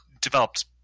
developed